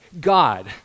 God